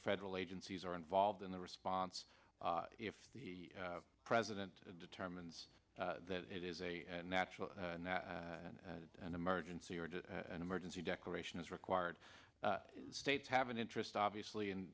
federal agencies are involved in the response if the president determines that it is a natural and that an emergency or to an emergency declaration is required states have an interest obviously in